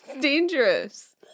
dangerous